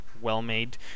well-made